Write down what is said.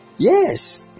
Yes